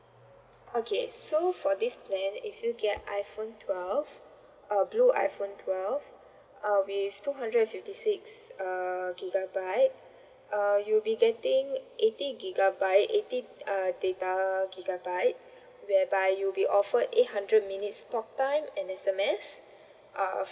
okay so for this plan if you get an iphone twelve uh blue iphone twelve uh with two hundred and fifty six uh gigabyte uh you'll be getting eighty gigabyte eighty uh data gigabyte whereby you'll be offer eight hundred minutes talk time and S_M_S uh